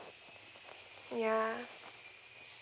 yeah